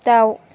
दाउ